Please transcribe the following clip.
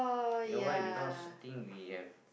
you know why because I think we have